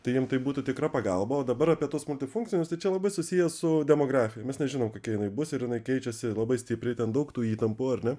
tai jiem tai būtų tikra pagalba o dabar apie tuos multifunkcinius tai čia labai susiję su demografija mes nežinom kokia jinai bus ir jinai keičiasi labai stipriai ten daug tų įtampų ar ne